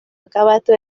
akabatu